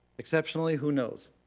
exceptionally, who knows?